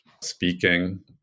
speaking